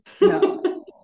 no